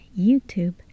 YouTube